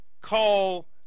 call